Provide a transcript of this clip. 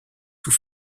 sous